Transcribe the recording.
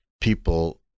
people